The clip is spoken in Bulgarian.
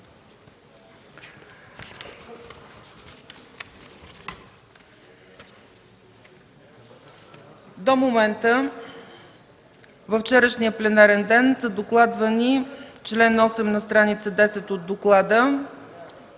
До момента във вчерашния пленарен ден са докладвани чл. 8 на стр. 10 от доклада.